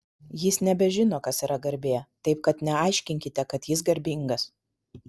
jis nebežino kas yra garbė taip kad neaiškinkite kad jis garbingas